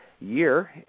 year